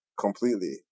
completely